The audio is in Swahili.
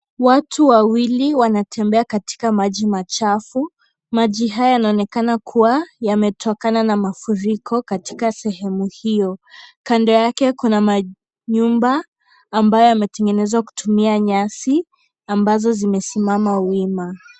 Watu wawili wanatembea katika maji machafu, maji hayà yanaoneka kuwa yametokana na mafuriko katika sehemu hiyo, kando yake kuna manyumba ambayo yametengenezwa kutumia nyasi ambazo zimesimama wima.